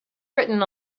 written